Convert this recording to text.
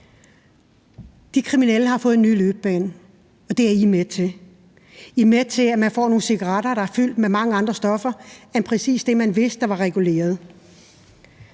De kriminelle har fået en ny indtjeningsmulighed, og det er I med til at de har. I er med til, at man får nogle cigaretter, der er fyldt med mange andre stoffer end præcis dem, man vidste om, og som var reguleret.